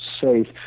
safe